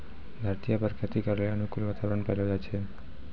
धरतीये पर खेती करै लेली अनुकूल वातावरण पैलो जाय छै